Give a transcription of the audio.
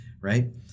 right